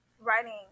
writing